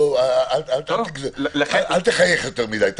אל תחייך יותר מדי.